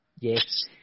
Yes